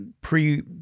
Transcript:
pre